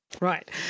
Right